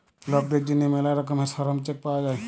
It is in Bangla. লকদের জ্যনহে ম্যালা রকমের শরম চেক পাউয়া যায়